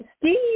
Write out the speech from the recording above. Steve